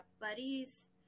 buddies